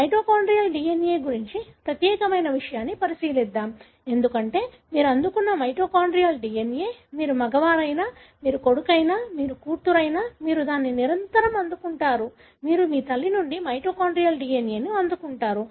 mitochondrial DNA గురించి ప్రత్యేకమైన విషయాన్ని పరిశీలిద్దాం ఎందుకంటే మీరు అందుకున్న మైటోకాన్డ్రియల్ DNA మీరు మగవారైనా మీరు కొడుకు అయినా మీరు కూతురు అయినా మీరు దానిని నిరంతరం అందుకుంటారు మీరు మీ తల్లి నుండి మైటోకాన్డ్రియల్ DNA ని అందుకుంటారు